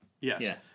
Yes